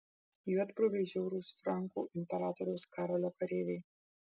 juodbruviai žiaurūs frankų imperatoriaus karolio kareiviai